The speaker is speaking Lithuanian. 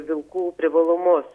vilkų privalumus